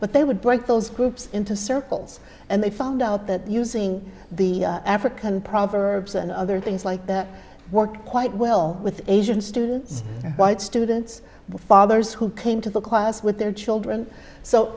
but they would break those groups into circles and they found out that using the african proverbs and other things like that worked quite well with asian students and white students fathers who came to the class with their children so